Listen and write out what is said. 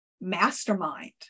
mastermind